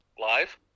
Live